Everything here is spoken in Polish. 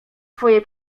twoje